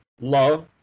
love